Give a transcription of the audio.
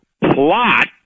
plot